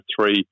three